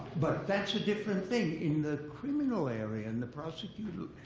but that's a different thing. in the criminal area, in the prosecution,